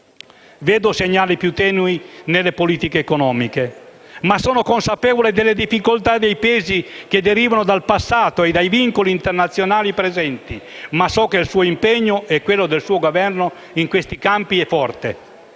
Vedo segnali più tenui nelle politiche economiche, ma sono consapevole delle difficoltà e dei pesi che derivano dal passato e dai vincoli internazionali presenti, ma so che il suo impegno e quello del suo Governo in questi campi sono forti.